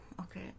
Okay